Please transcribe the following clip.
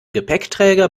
gepäckträger